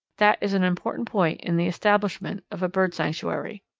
that is an important point in the establishment of a bird sanctuary.